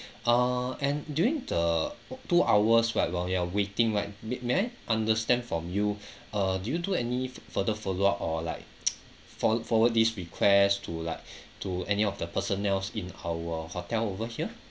uh and during the two hours right while you are waiting right may may I understand from you uh do you do any further follow-up or like for~ forward this request to like to any of the personnels in our hotel over here